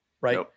right